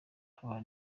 aba